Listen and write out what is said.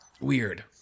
Weird